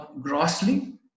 grossly